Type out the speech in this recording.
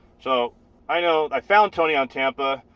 so i know i found tony on tampa,